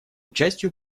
участию